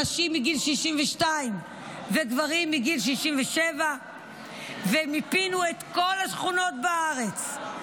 נשים מגיל 62 וגברים מגיל 67. מיפינו את כל השכונות בארץ,